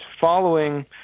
following